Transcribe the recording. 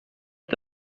est